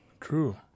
true